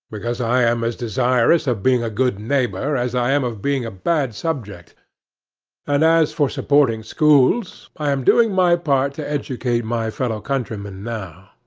because i am as desirous of being a good neighbor as i am of being a bad subject and as for supporting schools, i am doing my part to educate my fellow countrymen now.